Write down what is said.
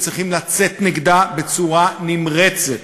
וצריכים לצאת נגדן בצורה נמרצת.